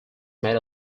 made